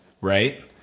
right